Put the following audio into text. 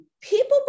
People